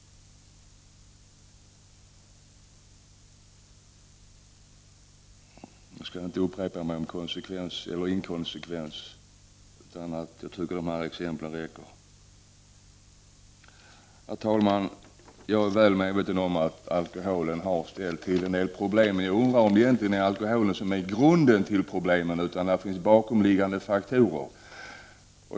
Jag skall inte upprepa mig om konsekvens eller inkonsekvens. Jag tycker de här exemplen räcker. Herr talman! Jag är väl medveten om att alkoholen har ställt till en del problem. Men jag undrar om det egentligen är alkoholen som är grunden till problemen. Där finns bakomliggande faktorer.